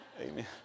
Amen